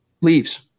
leaves